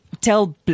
tell